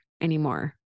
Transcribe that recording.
anymore